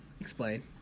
explain